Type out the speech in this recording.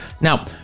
Now